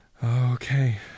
Okay